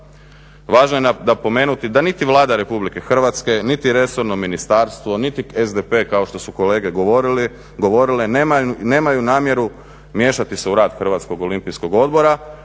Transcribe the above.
Važno je napomenuti da niti Vlada Republike Hrvatske, niti resorno ministarstvo, niti SDP kao što su kolege govorili, govorile nemaju namjeru miješati se u rad Hrvatskog olimpijskog odbora,